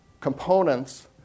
components